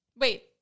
Wait